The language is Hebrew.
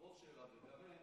הבוס וגם הם,